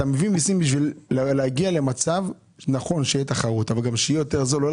אתה מביא מסין גם כדי שתהיה תחרות וגם שהמחיר יהיה יותר זול.